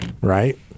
right